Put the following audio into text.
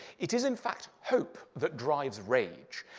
it is, in fact, hope that drives rage.